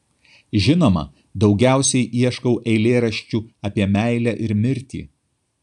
žinoma daugiausiai ieškau eilėraščių apie meilę ir mirtį